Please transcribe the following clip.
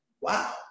wow